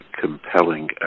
compelling